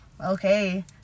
okay